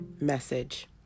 Message